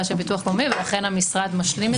של ביטוח לאומי ולכן המשרד משלים את זה.